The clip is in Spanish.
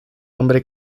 hombre